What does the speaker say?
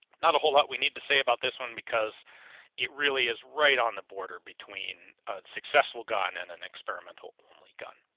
not a whole lot we need to say about this one because it really is right on the border between a successful gun and an experimental only gun,